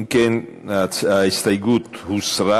אם כן, ההסתייגות הוסרה.